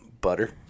butter